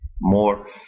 more